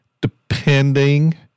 depending